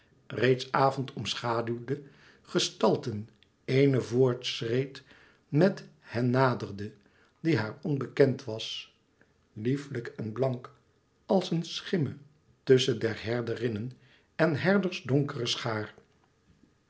reeds avond omschaûwde gestalten eéne voort schreed en met hen naderde die haar onbekend was lieflijk en blank als een schimme tusschen der herderinnen en herders donkerder schaar